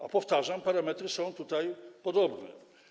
A powtarzam: parametry są tu podobne.